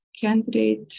candidate